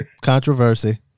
Controversy